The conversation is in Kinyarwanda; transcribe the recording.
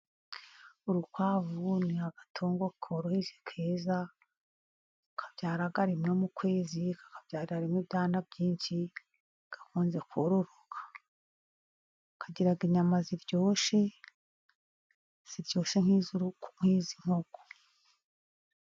Urukwavu ni agatungo koroheje, keza kabyara rimwe mu kwezi, kakabyarira rimwe ibyana byinshi. Gakunze kororoka, kagira inyama ziryoshye, ziryoshye nk'iz'inkoko.